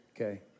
Okay